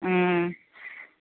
ആ